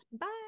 Bye